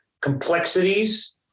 complexities